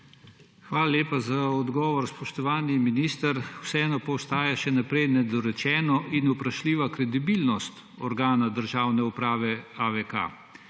Hvala lepa za odgovor, spoštovani minister. Vseeno pa ostaja še naprej nedorečeno in vprašljiva kredibilnost organa državne uprave AVK.